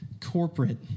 corporate